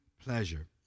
pleasure